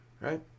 right